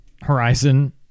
Horizon